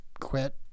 quit